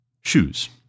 shoes